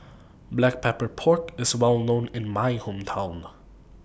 Black Pepper Pork IS Well known in My Hometown